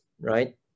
right